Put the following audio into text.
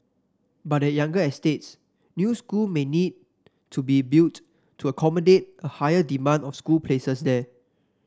but at younger estates new school may need to be built to accommodate a higher demand of school places there